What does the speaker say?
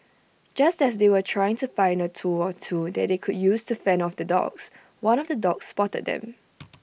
just as they were trying to find A tool or two that they could use to fend off the dogs one of the dogs spotted them